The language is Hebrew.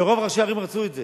ורוב ראשי הערים רצו את זה.